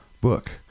book